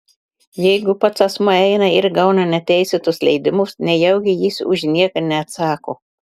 jeigu pats asmuo eina ir gauna neteisėtus leidimus nejaugi jis už nieką neatsako